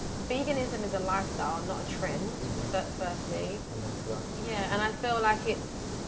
veganism is a lifestyle, and not a trend firstly. amen to that. yeah, and i feel like it's